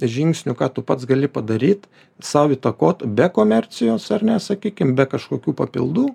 žingsnių ką tu pats gali padaryt sau įtakot be komercijos ar ne sakykim be kažkokių papildų